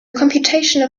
computational